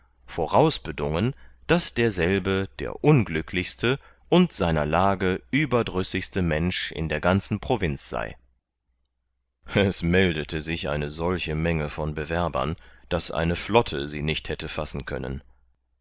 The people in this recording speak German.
vorausbedungen daß derselbe der unglücklichste und seiner lage überdrüssigste mensch in der ganzen provinz sei es meldete sich eine solche menge von bewerbern daß eine flotte sie nicht hätte fassen können